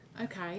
Okay